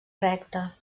recta